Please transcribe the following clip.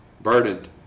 burdened